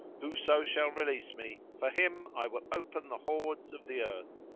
whoso shall release me, for him i will open the hoards of the earth.